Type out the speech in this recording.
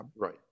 Right